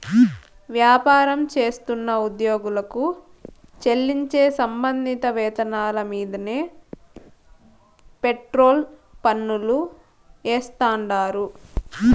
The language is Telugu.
వ్యాపారం చేస్తున్న ఉద్యోగులకు చెల్లించే సంబంధిత వేతనాల మీన్దే ఫెర్రోల్ పన్నులు ఏస్తాండారు